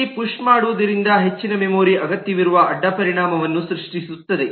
ಇಲ್ಲಿ ಪುಶ್ ಮಾಡುವುದರಿಂದ ಹೆಚ್ಚಿನ ಮೆಮೊರಿ ಅಗತ್ಯವಿರುವ ಅಡ್ಡಪರಿಣಾಮವನ್ನು ಸೃಷ್ಟಿಸುತ್ತದೆ